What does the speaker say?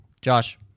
Josh